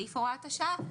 סעיף הוראת השעה,